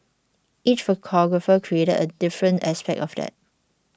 each photographer created a different aspect of that